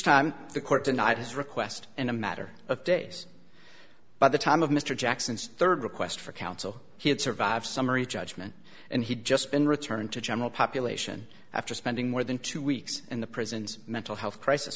time the court denied his request and a matter of days by the time of mr jackson's third request for counsel he had survived summary judgment and he'd just been returned to general population after spending more than two weeks in the prisons mental health crisis